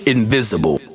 Invisible